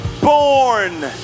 born